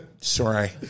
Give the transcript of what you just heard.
sorry